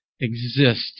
exist